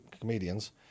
Comedians